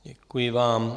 Děkuji vám.